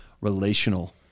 relational